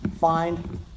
find